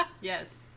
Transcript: Yes